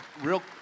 real